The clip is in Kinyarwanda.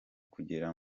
kugera